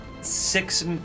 six